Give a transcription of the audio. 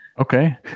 Okay